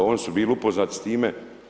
Oni su bili upoznati s time.